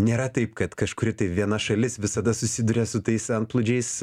nėra taip kad kažkuri tai viena šalis visada susiduria su tais antplūdžiais